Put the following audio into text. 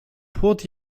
płot